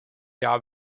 jahr